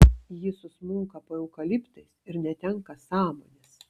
ji susmunka po eukaliptais ir netenka sąmonės